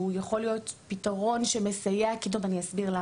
שהוא יכול להיות פתרון שמסייע אגב,